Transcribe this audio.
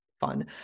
fun